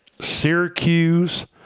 Syracuse